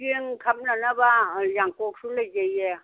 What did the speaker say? ꯆꯦꯡ ꯈꯞꯅꯅꯕ ꯌꯥꯡꯀꯣꯛꯁꯨ ꯂꯩꯖꯩꯌꯦ